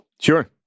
Sure